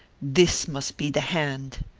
this must be the hand!